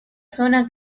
zona